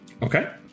Okay